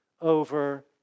over